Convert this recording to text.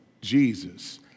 Jesus